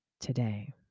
today